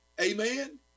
Amen